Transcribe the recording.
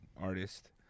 artist